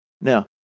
Now